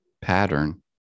pattern